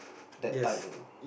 that type